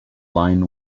line